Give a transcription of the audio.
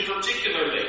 particularly